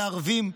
לערבים.